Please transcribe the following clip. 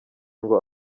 ngo